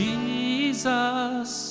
Jesus